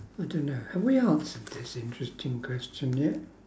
I don't know have we answered this interesting question yet